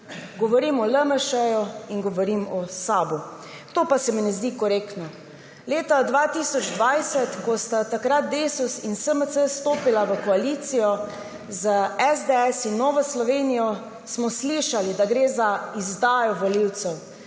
Govorim o LMŠ in govorim o SAB. To pa se mi ne zdi korektno. Leta 2020, ko sta takrat Desus in SMC stopila v koalicijo z SDS in Novo Slovenijo, smo slišali, da gre za izdajo volivcev.